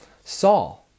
Saul